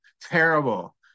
terrible